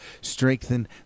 Strengthen